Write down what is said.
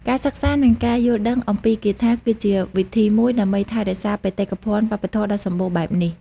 ការសិក្សានិងការយល់ដឹងអំពីគាថាគឺជាវិធីមួយដើម្បីថែរក្សាបេតិកភណ្ឌវប្បធម៌ដ៏សម្បូរបែបនេះ។